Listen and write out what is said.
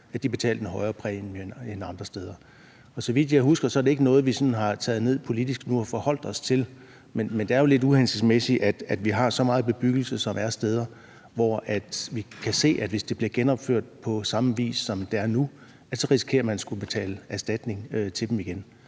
høje, betalte en højere præmie end andre steder. Det er, så vidt jeg husker, ikke noget, vi sådan politisk nu har taget ned og forholdt os til, men det er jo lidt uhensigtsmæssigt, at vi nogle steder har så meget bebyggelse, hvor vi kan se, at man, hvis det bliver genopført på samme vis, som det er nu, så igen risikerer at skulle betale erstatning til dem.